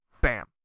Bam